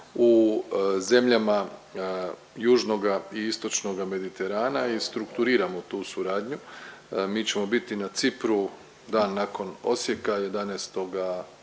u zemljama južnoga i istočnoga Mediterana i strukturiramo tu suradnju. Mi ćemo biti na Cipru dan nakon Osijeka 11.